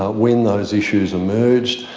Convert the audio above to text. ah when those issues emerged,